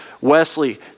Wesley